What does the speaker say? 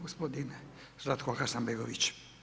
Gospodin Zlatko Hasanbegović.